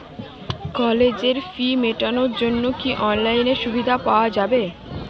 কলেজের ফি মেটানোর জন্য কি অনলাইনে সুবিধা পাওয়া যাবে?